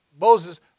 Moses